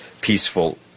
peaceful